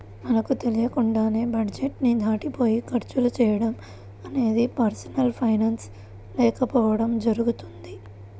మనకు తెలియకుండానే బడ్జెట్ ని దాటిపోయి ఖర్చులు చేయడం అనేది పర్సనల్ ఫైనాన్స్ లేకపోవడం జరుగుతుంది